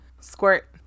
Squirt